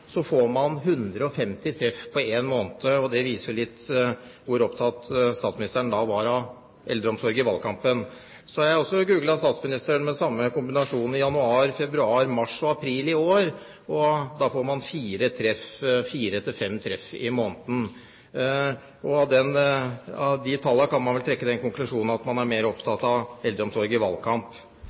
får man 150 treff på én måned. Det viser litt hvor opptatt statsministeren var av eldreomsorg i valgkampen. Så har jeg også googlet statsministeren med samme kombinasjon i januar, februar, mars og april i år, og da får man fire–fem treff i måneden. Av de tallene kan man vel trekke den konklusjonen at man er mer opptatt av eldreomsorg i valgkamp.